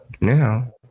Now